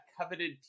coveted